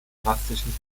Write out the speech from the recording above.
drastischen